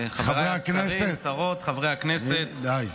חבריי השרים, שרות, חברי הכנסת, חברי הכנסת, די.